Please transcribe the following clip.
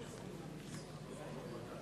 מצביע אורי מקלב,